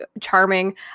charming